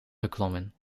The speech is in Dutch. geklommen